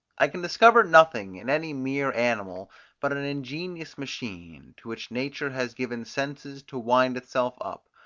i can discover nothing in any mere animal but an ingenious machine, to which nature has given senses to wind itself up,